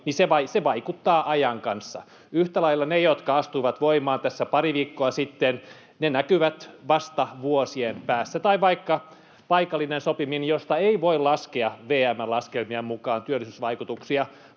toimi, vaikuttaa ajan kanssa. Yhtä lailla ne, jotka astuivat voimaan tässä pari viikkoa sitten, näkyvät vasta vuosien päästä, tai vaikka paikallinen sopiminenkin, josta ei voi laskea VM:n laskelmien mukaan työllisyysvaikutuksia